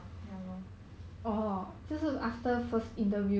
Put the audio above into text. but in the end 都没有 !huh!